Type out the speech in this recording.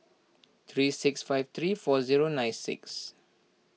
three six five three four zero nine six